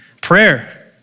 prayer